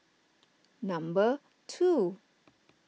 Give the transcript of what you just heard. number two